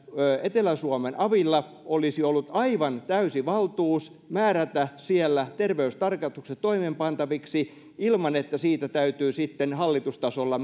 etelä suomen avilla olisi ollut aivan täysi valtuus määrätä siellä terveystarkastukset toimeenpantaviksi ilman että siitä täytyy sitten hallitustasolla